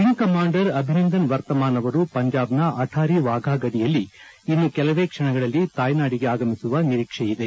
wing commander Abhinandan Varthaman ಅವರು ಪಂಜಾಬ್ನ ಅಟ್ಲಾರಿ ವಾಫಾ ಗಡಿಯಲ್ಲಿ ಇನ್ನು ಕೆಲವೇ ಕ್ಷಣಗಳಲ್ಲಿ ತಾಯ್ವಾಡಿಗೆ ಆಗಮಿಸುವ ನಿರೀಕ್ಷೆ ಇದೆ